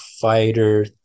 Fighter